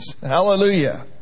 Hallelujah